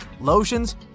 lotions